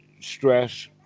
stress